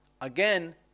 again